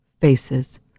faces